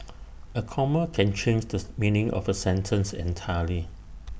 A comma can change does meaning of A sentence entirely